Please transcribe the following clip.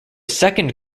second